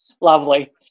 lovely